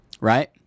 right